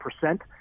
percent